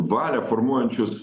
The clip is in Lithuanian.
valią formuojančius